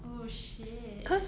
oh shit